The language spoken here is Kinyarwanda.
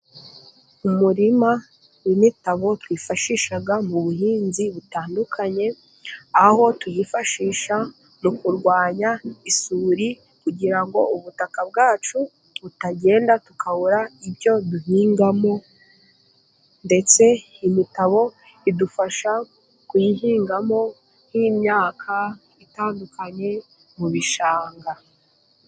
Umurima w'imitabo twifashisha mu buhinzi butandukanye, aho tuyifashisha mu kurwanya isuri kugira ngo ubutaka bwacu butagenda tukabura ibyo duhingamo, ndetse imitabo idufasha kuyihingamo nk'imyaka itandukanye mu bishanga.